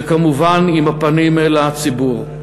וכמובן עם הפנים לציבור.